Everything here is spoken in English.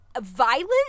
violent